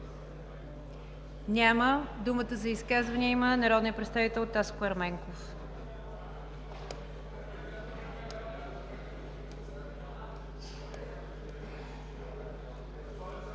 Няма. Думата за изказване има народният представител Таско Ерменков.